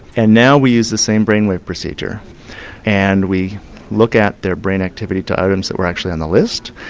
and now we use the same brain wave procedure and we look at their brain activity to items that were actually on the list,